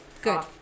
Good